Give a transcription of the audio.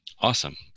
Awesome